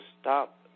stop